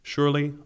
Surely